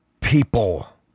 people